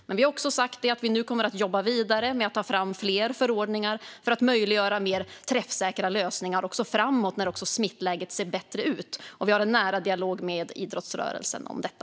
Men vi har sagt att vi nu kommer att jobba vidare med att ta fram fler förordningar för att möjliggöra mer träffsäkra lösningar framåt när smittläget ser bättre ut, och vi har en nära dialog med idrottsrörelsen om detta.